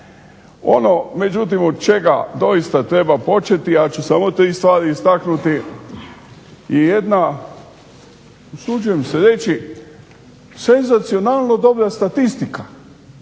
Ono međutim od čega doista treba početi ja ću samo tri stvari istaknuti je jedna usuđujem se reći senzacionalno dobra statistika